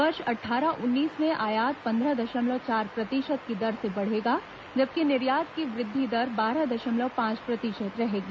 वर्ष अट्ठारह उन्नीस में आयात पन्द्रह दशमलव चार प्रतिशत की दर से बढ़ेगा जबकि निर्यात की वृद्धि दर बारह दशमलव पांच प्रतिशत रहेगी